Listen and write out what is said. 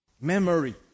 Memory